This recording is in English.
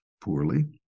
poorly